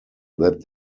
that